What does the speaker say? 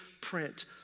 print